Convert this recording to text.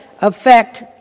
affect